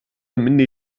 مني